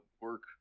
work